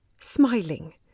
smiling